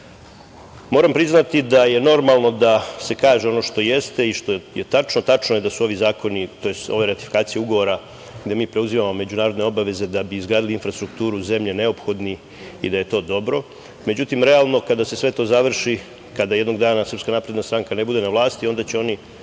priznati da je normalno da se kaže ono što jeste i što je tačno. Tačno je da su ovi zakoni, tj. ova ratifikacija ugovora gde mi preuzimamo međunarodne obaveze da bi izgradili infrastrukturu zemlje, neophodni i da je to dobro. Međutim, realno, kada se sve to završi, kada jednog dana SNS ne bude na vlasti, onda će oni